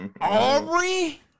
Aubrey